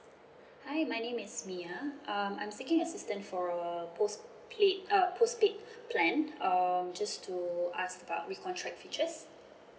hi my name is mya um I'm seeking assistant for a post plate uh postpaid plan um just to ask about recontract features